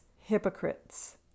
hypocrites